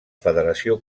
federació